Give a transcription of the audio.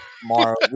tomorrow